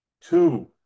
two